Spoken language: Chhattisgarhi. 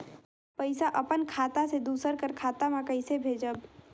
पइसा अपन खाता से दूसर कर खाता म कइसे भेजब?